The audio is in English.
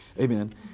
Amen